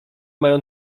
mają